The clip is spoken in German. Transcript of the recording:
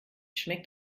schmeckt